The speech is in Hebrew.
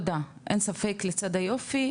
אין ספק לצד היופי,